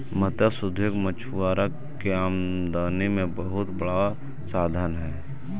मत्स्य उद्योग मछुआरा के आमदनी के बहुत बड़ा साधन हइ